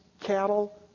cattle